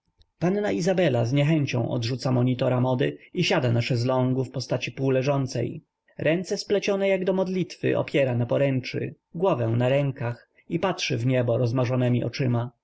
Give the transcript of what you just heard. panna izabela z niechęcią odrzuca monitora mody i siada na szeslągu w postaci półleżącej ręce splecione jak do modlitwy opiera na poręczy głowę na rękach i patrzy w niebo rozmarzonemi oczyma